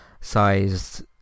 sized